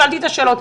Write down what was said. שאלתי את השאלות.